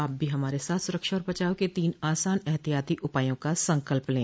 आप भी हमारे साथ सुरक्षा और बचाव के तीन आसान एहतियाती उपायों का संकल्प लें